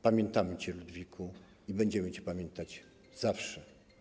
Pamiętamy cię, Ludwiku, i będziemy cię pamiętać zawsze.